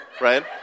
right